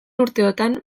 urteotan